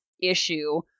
issue